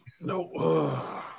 no